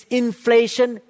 inflation